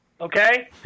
Okay